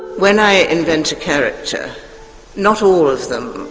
when i invent a character not all of them,